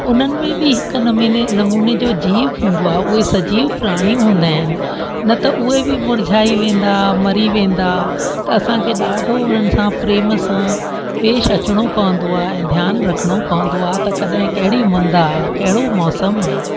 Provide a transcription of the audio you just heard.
उन्हनि में बि हिकु नमेने नमूने जो जीव हूंदो आहे उहे सजीव प्राणी हूंदा आहिनि न त उहे बि मुरिझाई वेंदा मरी वेंदा त असांखे ॾाढो उन्हनि सां प्रेम सां पेशु अचिणो पवंदो आहे ध्यानु रखिणो पवंदो आहे त कॾहिं कहिड़ी मुंद आहे कहिड़ो मौसमु आहे